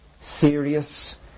serious